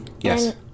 yes